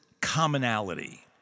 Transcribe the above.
commonality